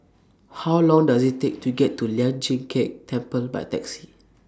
How Long Does IT Take to get to Lian Chee Kek Temple By Taxi